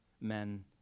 men